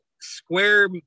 square